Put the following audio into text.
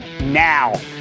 now